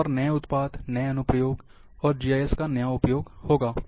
और नए उत्पाद नए अनुप्रयोग और जीआईएस का नया उपयोग होगा